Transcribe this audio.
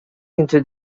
into